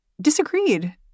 disagreed